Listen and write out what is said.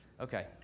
Okay